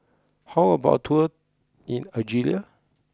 how about a tour in Algeria